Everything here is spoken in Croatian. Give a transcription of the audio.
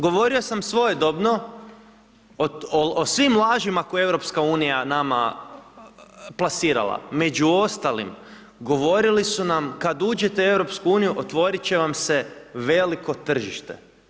Govorio sam svojedobno o svim lažima koje EU nama plasirala, među ostalim govorili su nam kad uđete u EU otvorit će vam se veliko tržište.